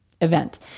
event